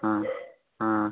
ꯎꯝ ꯎꯝ